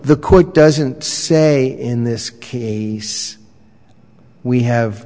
the court doesn't say in this kid we have